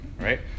Right